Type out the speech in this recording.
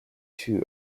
two